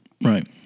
Right